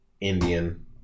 Indian